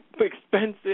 expensive